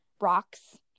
rocks